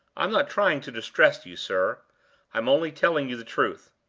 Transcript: i'm not trying to distress you, sir i'm only telling you the truth.